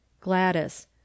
Gladys